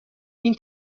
این